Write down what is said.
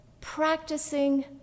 practicing